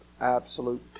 absolute